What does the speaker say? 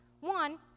One